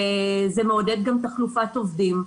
וזה מעודד גם תחלופת עובדים,